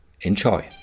Enjoy